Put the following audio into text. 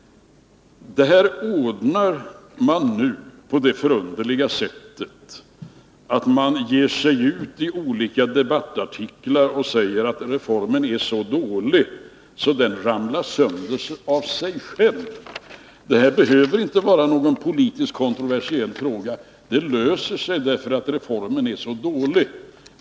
Det här ordnar man nu på det förunderliga sättet att man i olika debattartiklar säger att reformen är så dålig att den ramlar sönder av sig själv. Detta behöver inte vara någon politiskt kontroversiell fråga — det löser sig därför att reformen är så dålig.